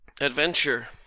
Adventure